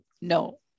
no